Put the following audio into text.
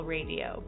Radio